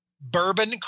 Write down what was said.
bourbon